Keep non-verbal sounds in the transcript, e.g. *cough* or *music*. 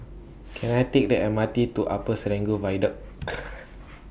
Can I Take The M R T to Upper Serangoon Viaduct *noise*